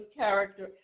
character